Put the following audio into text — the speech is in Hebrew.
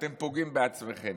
אתם פוגעים בעצמכם.